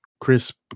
Crisp